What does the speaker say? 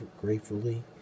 gratefully